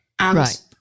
Right